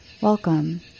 Welcome